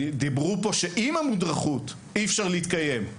דיברו פה שעם המודרכות אי אפשר להתקיים.